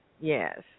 Yes